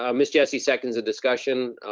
um miss jessie seconds the discussion,